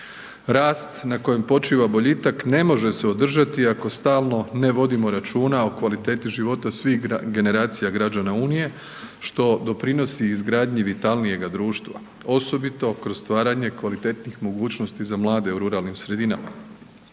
rast na kojem počiva boljitak ne može se održati ako stalno ne vodimo računa o kvaliteti života svih generacija građana Unije, što doprinosi izgradnji vitalnijega društva osobito kroz stvaranje kvalitetnih mogućnosti za mlade u ruralnim sredinama.